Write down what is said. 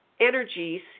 energies